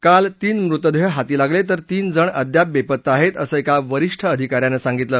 काल तीन मृतदेह हाती लागले तर तीनजण अद्याप बेपत्ता आहेत असं एका वरीष्ठ अधिका यानं सांगितलं